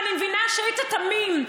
ואני מבינה שהיית תמים,